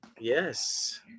Yes